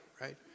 right